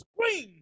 scream